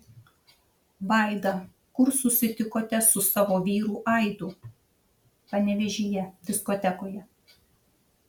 vaida kur susitikote su savo vyru aidu panevėžyje diskotekoje